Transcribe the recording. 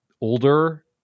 older